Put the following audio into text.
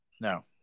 No